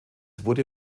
wurde